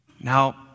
Now